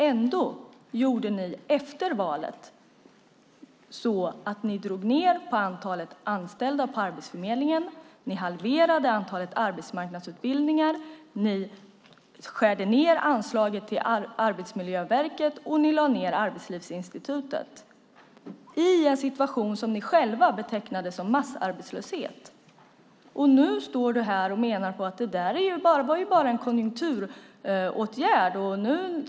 Ändå gjorde ni efter valet så att ni drog ned på antalet anställda på Arbetsförmedlingen, ni halverade antalet arbetsmarknadsutbildningar, ni skar ned anslaget till Arbetsmiljöverket och ni lade ned Arbetslivsinstitutet. Det gjorde ni i en situation som ni själva betecknade som massarbetslöshet. Nu står du här och menar på att det bara var en konjunkturåtgärd.